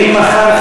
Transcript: ואם מחר,